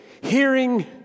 Hearing